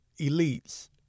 elites